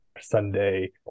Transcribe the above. sunday